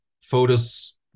photos